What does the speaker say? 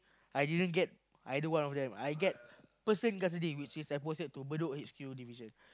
I didn't get either one of them I get person custody which is I posted to Bedok H_Q division